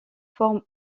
forme